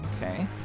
Okay